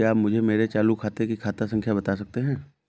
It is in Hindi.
क्या आप मुझे मेरे चालू खाते की खाता संख्या बता सकते हैं?